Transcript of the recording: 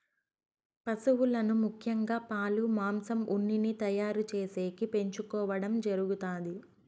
పసువులను ముఖ్యంగా పాలు, మాంసం, ఉన్నిని తయారు చేసేకి పెంచుకోవడం జరుగుతాది